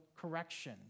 correction